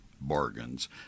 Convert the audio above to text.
bargains